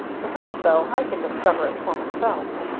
perhaps, though, i can discover it for myself.